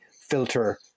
filter